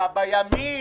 בימים?